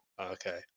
okay